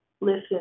Listen